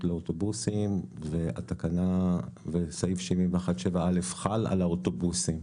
לאוטובוסים וסעיף 71(7א) חל על האוטובוסים,